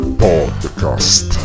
podcast